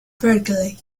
berkeley